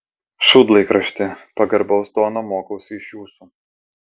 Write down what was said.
šūdlaikrašti pagarbaus tono mokausi iš jūsų